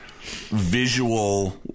visual